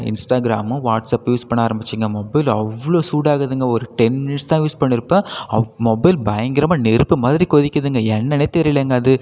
இன்ஸ்டாகிராமும் வாட்ஸ்அப்பும் யூஸ் பண்ண ஆரம்மிச்சேங்க மொபைல் அவ்வளோ சூடாகுதுங்க ஒரு டென் மினிட்ஸ் தான் யூஸ் பண்ணிருப்பேன் அவ் மொபைல் பயங்கரமா நெருப்பு மாதிரி கொதிக்குதுங்க என்னென்னே தெரியலைங்க அது